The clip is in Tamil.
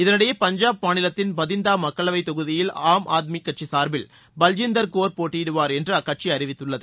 இதனிடையே பஞ்சாப் மாநிலத்தின் பதிந்தா மக்களவை தொகுதியில் ஆம் ஆத்மியின் கட்சியின் சார்பில் பல்ஜிந்தர் கோர் போட்டியிடுவார் என்று அக்கட்சி அறிவித்துள்ளது